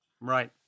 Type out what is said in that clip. Right